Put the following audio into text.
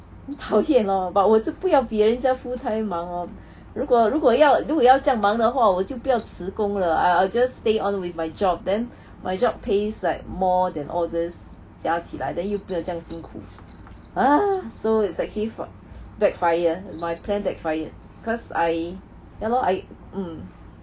很讨厌 lor but 我就不要比人家 full time 忙哦如果如果要如果要这样忙的话我就不要辞工了 I I will just stay on with my job then my job pays like more than all these 加起来 then 又没有这样辛苦 !hais! so is actually for backfire my plan backfired because I ya lor I mm